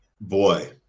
Boy